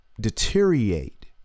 deteriorate